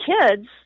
kids